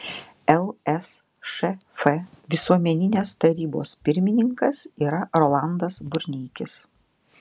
lsšf visuomeninės tarybos pirmininkas yra rolandas burneikis